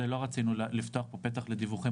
זה נועד על מנת שלא לפתוח פתח לדיווחים